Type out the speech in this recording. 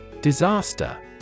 Disaster